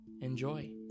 Enjoy